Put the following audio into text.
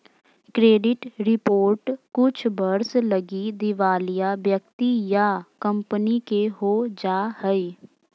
credit report कुछ वर्ष लगी दिवालिया व्यक्ति या कंपनी के हो जा हइ